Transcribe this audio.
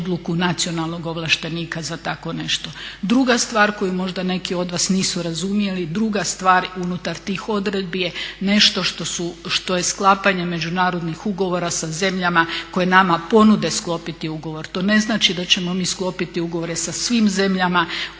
odluku nacionalnog ovlaštenika za takvo nešto. Druga stvar koju možda neki od vas nisu razumjeli, druga stvar unutar tih odredbi je nešto što je sklapanje međunarodnih ugovora sa zemljama koje nama ponude sklopiti ugovor. To ne znači da ćemo mi sklopiti ugovore sa svim zemljama koje su